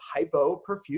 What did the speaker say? hypoperfusion